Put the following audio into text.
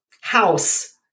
house